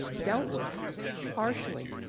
dealt with harshly,